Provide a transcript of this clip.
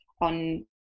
on